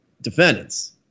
defendants